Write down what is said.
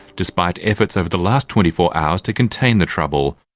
despite efforts over the last twenty four hours to contain the trouble.